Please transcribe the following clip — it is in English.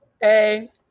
Hey